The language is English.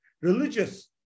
Religious